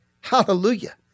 Hallelujah